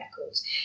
Records